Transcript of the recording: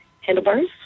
handlebars